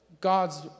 God's